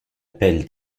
pelle